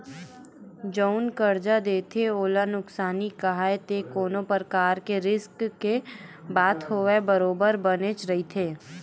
जउन करजा देथे ओला नुकसानी काहय ते कोनो परकार के रिस्क के बात होवय बरोबर बनेच रहिथे